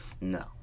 No